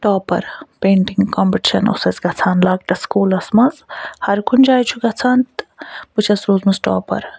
topper painting competition اوس اسہِ گژھان لۄکٹہِ سُکوٗلَس منٛز ہر کُنہِ جایہِ چھُ گژھان تہٕ بہٕ چھَس روٗزمٕژ ٹواپَر